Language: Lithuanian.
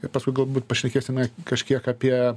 ir paskui galbūt pašnekėsime kažkiek apie